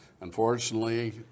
Unfortunately